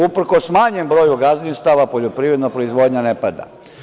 Uprkos smanjen broju gazdinstava poljoprivredna proizvodnja ne pada.